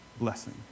blessing